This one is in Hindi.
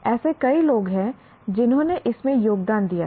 ऐसे कई लोग हैं जिन्होंने इसमें योगदान दिया है